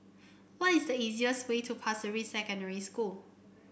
what is the easiest way to Pasir Ris Secondary School